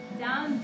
down